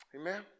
Amen